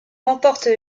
remporte